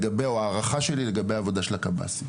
וההערכה שלי לגבי העבודה של הקב"ס.